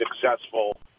successful